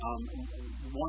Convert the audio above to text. One